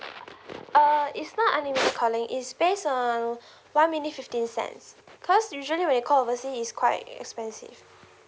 err is not unlimited calling is based on one minute fifteen cents cause usually when you call oversea is quite expensive